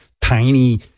tiny